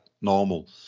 normal